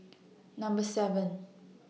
Number seven